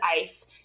ICE